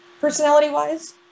personality-wise